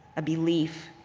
a belief.